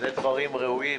אלה דברים ראויים.